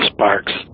Sparks